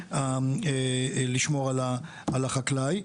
לבין לשמור על החקלאי.